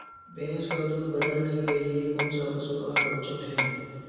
भैंस का दूध बढ़ाने के लिए कौनसा पशु आहार उचित है?